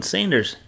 Sanders